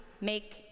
make